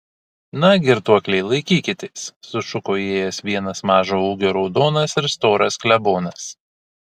na girtuokliai laikykitės sušuko įėjęs vienas mažo ūgio raudonas ir storas klebonas